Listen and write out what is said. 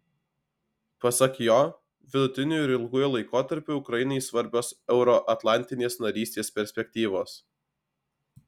pasak jo vidutiniu ir ilguoju laikotarpiu ukrainai svarbios euroatlantinės narystės perspektyvos